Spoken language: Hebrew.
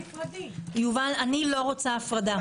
אני לא רוצה הפרדה.